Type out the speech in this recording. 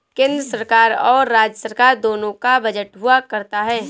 केन्द्र सरकार और राज्य सरकार दोनों का बजट हुआ करता है